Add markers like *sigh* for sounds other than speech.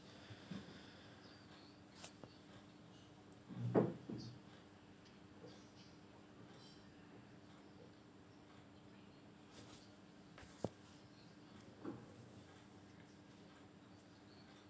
*breath*